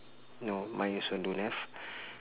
no mine also don't have